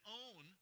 own